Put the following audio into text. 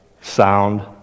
sound